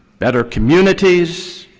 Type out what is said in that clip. better communities,